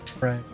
Right